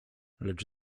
lecz